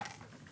שלא?